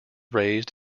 raised